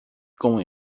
com